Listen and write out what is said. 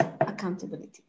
accountability